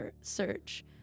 search